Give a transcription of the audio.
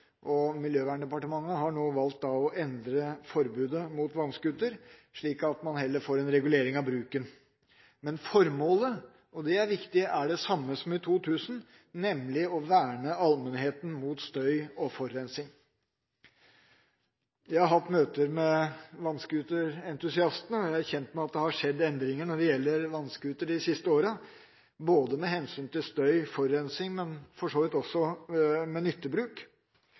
importrestriksjon. Miljøverndepartementet har da valgt å endre forbudet mot vannscooter, slik at man heller får en regulering av bruken. Men formålet – og det er viktig! – er det samme som i 2000, nemlig å verne allmennheten mot støy og forurensning. Jeg har hatt møter med vannscooterentusiastene, og jeg er kjent med at det har skjedd endringer når det gjelder vannscooter de siste årene, både med hensyn til støy og forurensing, men for så vidt også med